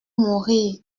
mourir